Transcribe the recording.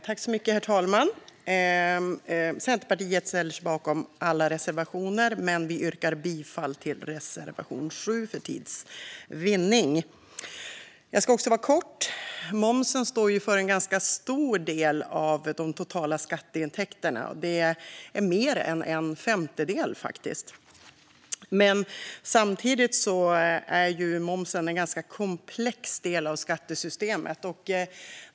Herr talman! Centerpartiet ställer sig bakom alla reservationer, men för tids vinnande yrkar vi bifall endast till reservation 7. Momsen står för en ganska stor del av de totala skatteintäkterna, faktiskt mer än en femtedel. Samtidigt är momsen en ganska komplex del av skattesystemet.